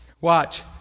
Watch